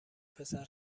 پسر